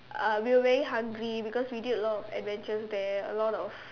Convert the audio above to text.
uh we were very hungry because we did a lot of adventures there a lot of